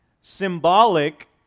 symbolic